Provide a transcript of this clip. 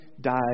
died